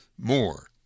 more